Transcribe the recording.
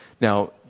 Now